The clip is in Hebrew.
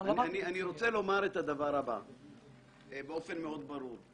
אני רוצה לומר את הדבר הבא באופן יותר ברור: